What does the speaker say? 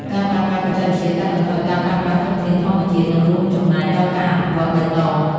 ការប្រើប្រាស់បច្ចេកវិទ្យាកាត់បន្ថយការប្រើប្រាស់ធនធានធម្មជាតិ និងរួមចំណែកដល់ការអភិវឌ្ឍបៃតង។